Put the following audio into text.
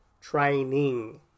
training